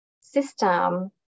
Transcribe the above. system